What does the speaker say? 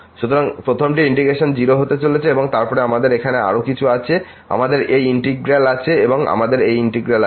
সুতরাং প্রথম ইন্টিগ্রেশনটি 0 হতে চলেছে এবং তারপরে আমাদের এখানে আরও কিছু আছে আমাদের এই ইন্টিগ্র্যাল আছে এবং আমাদের এই ইন্টিগ্র্যাল আছে